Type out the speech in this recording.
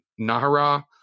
Nahara